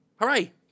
hooray